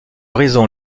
raison